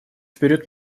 вперед